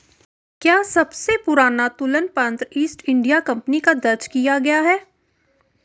क्या सबसे पुराना तुलन पत्र ईस्ट इंडिया कंपनी का दर्ज किया गया है?